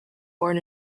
born